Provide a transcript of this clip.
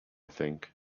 think